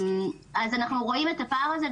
אנחנו רואים את הפער הזה,